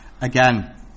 again